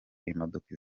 imodoka